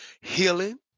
healing